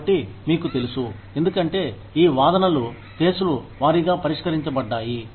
కాబట్టి మీకు తెలుసు ఎందుకంటే ఈ వాదనలు కేసుల వారీగా పరిష్కరించబడ్డాయి